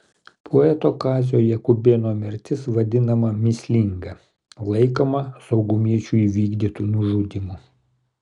poeto kazio jakubėno mirtis vadinama mįslinga laikoma saugumiečių įvykdytu nužudymu